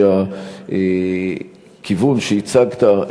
שהכיוון שהצגת,